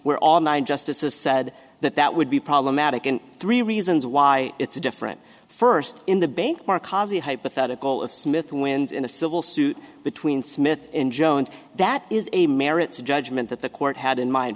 where all nine justices said that that would be problematic and three reasons why it's different first in the bank markazi hypothetical of smith wins in a civil suit between smith and jones that is a merits a judgment that the court had in mind